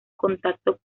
contacto